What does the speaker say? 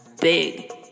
big